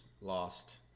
lost